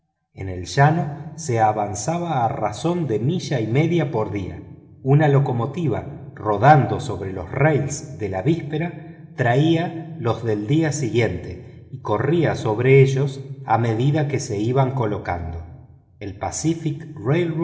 en el llano se avanzaba a razón de milla y media por día una locomotora rodando sobre los raíles de la víspera traía los del día siguiente y corría sobre ellos a medida que se iban colocando el pacific